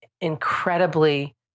incredibly